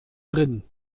drin